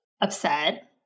upset